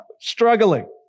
Struggling